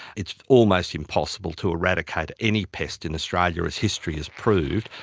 it's almost impossible to eradicate any pest in australia, as history has proved,